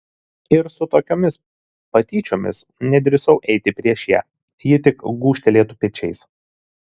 ir su tokiomis patyčiomis nedrįsau eiti prieš ją ji tik gūžtelėtų pečiais